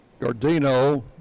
Gardino